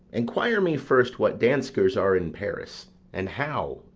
enquire me first what danskers are in paris and how,